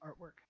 artwork